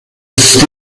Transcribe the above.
castle